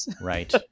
right